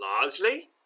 largely